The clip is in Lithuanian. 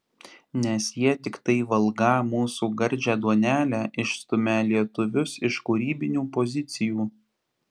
nes jie tiktai valgą mūsų gardžią duonelę išstumią lietuvius iš kūrybinių pozicijų